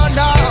no